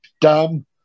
dumb